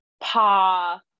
Pa